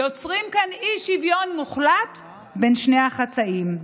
יוצרים כאן אי-שוויון מוחלט בין שני החצאים.